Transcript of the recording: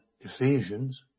Ephesians